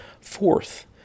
Fourth